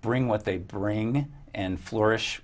bring what they bring and flourish